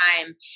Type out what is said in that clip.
time